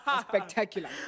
spectacular